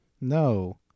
No